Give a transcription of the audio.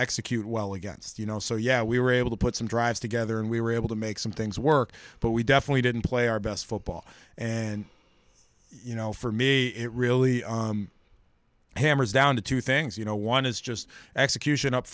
execute well against you know so yeah we were able to put some drives together and we were able to make some things work but we definitely didn't play our best football and you know for me it really hammers down to two things you know one is just execution up